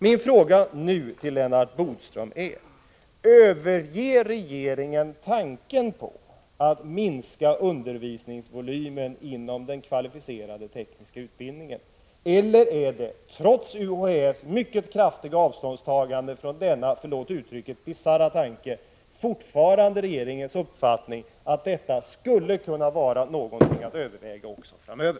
Min fråga nu till Lennart Bodström är: Överger regeringen tanken på att minska undervisningsvolymen inom den kvalificerade tekniska utbildningen eller är det, trots UHÄ:s mycket kraftiga avståndstagande från denna — förlåt uttrycket — bisarra tanke, fortfarande regeringens uppfattning att detta skulle kunna var någonting att överväga också framöver?